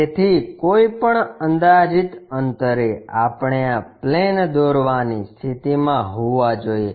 તેથી કોઈપણ અંદાજીત અંતરે આપણે આ પ્લેન દોરવાની સ્થિતિમાં હોવા જોઈએ